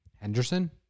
Henderson